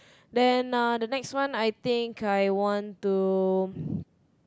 then uh the next one I think I want to